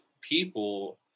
people